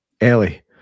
Ellie